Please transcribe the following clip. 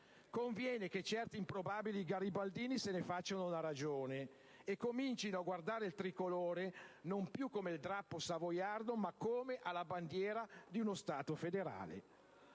Conviene che certi improbabili garibaldini se ne facciano una ragione e comincino a guardare al Tricolore non più come al drappo savoiardo ma come alla bandiera di uno Stato federale.